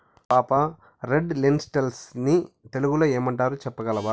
పాపా, red lentils ని తెలుగులో ఏమంటారు చెప్పగలవా